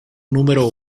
número